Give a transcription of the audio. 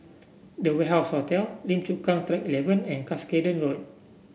The Warehouse Hotel Lim Chu Kang Track Eleven and Cuscaden Road